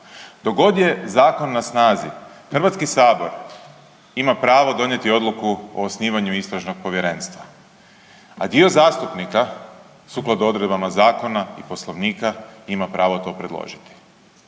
Dok god je Zakon na snazi Hrvatski sabor ima pravo donijeti Odluku o osnivanju Istražnog povjerenstva, a dio zastupnika sukladno odredbama Zakona i Poslovnika ima pravo to predložiti.